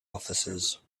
officers